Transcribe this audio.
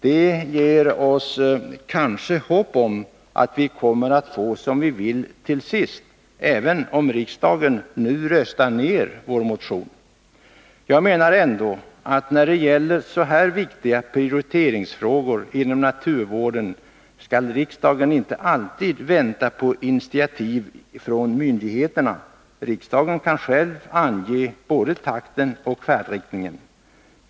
Det ger oss kanske hopp om att vi kommer att få som vi vill till sist, även om riksdagen nu röstar ned vår motion. Jag menar ändå att när det gäller så här viktiga prioriteringsfrågor inom naturvården skall riksdagen inte alltid vänta på initiativ från myndigheterna; riksdagen kan själv ange både takten och färdriktningen.